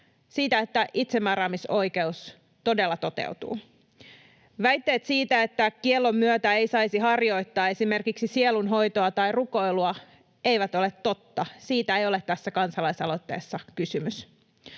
siihen, että itsemääräämisoikeus todella toteutuu. Väitteet siitä, että kiellon myötä ei saisi harjoittaa esimerkiksi sielunhoitoa tai rukoilua, eivät ole totta. Siitä ei ole tässä kansalaisaloitteessa kysymys.